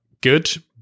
good